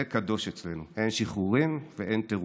זה קדוש אצלנו, אין שחרורים ואין תירוצים.